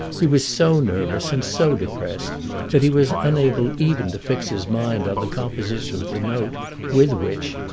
he was so nervous and so depressed that he was unable even to fix his mind on the composition of the note with which,